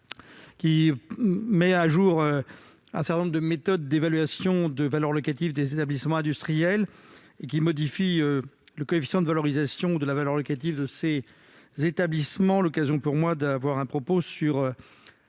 met à jour un certain nombre de méthodes d'évaluation de la valeur locative des établissements industriels et modifie le coefficient de revalorisation de la valeur locative de ces établissements. Voilà qui me donne l'occasion